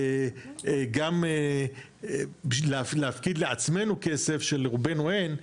גם בשביל להפקיד לעצמנו כסף שלרובנו אין,